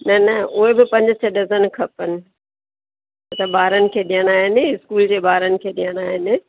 न न उहे बि पंज छह डज़न खपनि त ॿारनि खे ॾियणा आहिनि स्कूल जे ॿारनि खे ॾियणा आहिनि